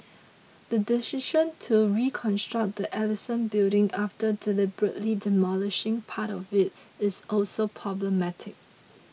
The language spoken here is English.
the decision to reconstruct the Ellison Building after deliberately demolishing part of it is also problematic